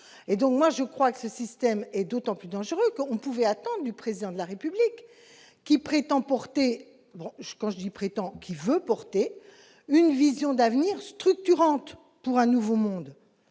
et donc moi je crois que ce système est d'autant plus dangereux, on pouvait attendent du président de la République qui prétend porter je construis prétend qu'il veut porter une vision d'avenir structurante pour un nouveau monde,